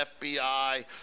FBI